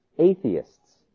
atheists